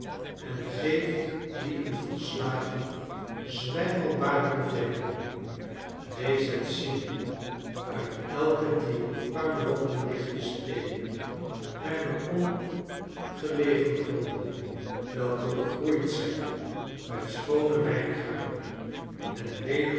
en geeft dien een volslagen zwijmelbarende werking eeeds het zien uit elke dier in puinhoopen liggende steden naar de omgelegen gronden welke begroeid zijn met schoone wijngaarden en